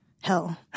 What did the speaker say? Hell